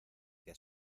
que